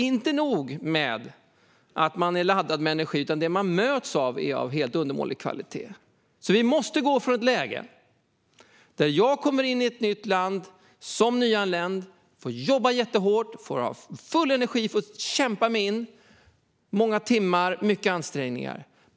Inte nog med att man är laddad med energi, utan det man möts av är av helt undermålig kvalitet. Vi måste alltså gå från detta läge till att man kommer som nyanländ till det nya landet och får jobba jättehårt med full energi för att kämpa sig in. Det handlar om många timmar och mycket ansträngning.